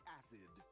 acid